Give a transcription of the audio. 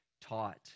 taught